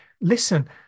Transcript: listen